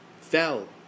fell